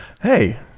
Hey